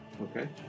Okay